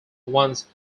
wants